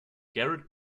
garrett